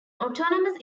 autonomous